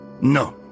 No